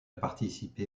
participé